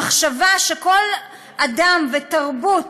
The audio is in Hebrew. המחשבה שכל אדם וכל תרבות,